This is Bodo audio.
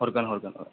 हरगोन हरगोन